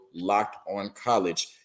LockedOnCollege